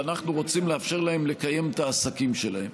ואנחנו רוצים לאפשר לקיים את העסקים שלהם.